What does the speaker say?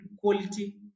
quality